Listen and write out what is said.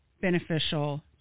beneficial